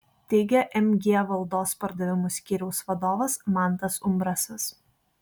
teigia mg valdos pardavimų skyriaus vadovas mantas umbrasas